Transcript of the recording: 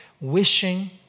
wishing